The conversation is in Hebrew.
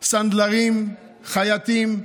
סנדלרים, חייטים,